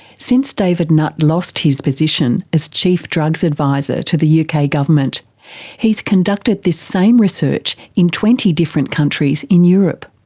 since david nutt lost his position as chief drugs advisor to the yeah uk ah government he's conducted this same research in twenty different countries in europe.